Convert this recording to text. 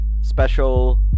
Special